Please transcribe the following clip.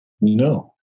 No